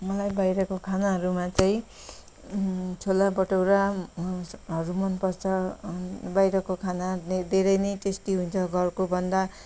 मलाई बाहिरको खानाहरूमा चाहिँ छोला बटौरा हरू मनपर्छ बाहिरको खाना धे धेरै नै टेस्टी हुन्छ घरको भन्दा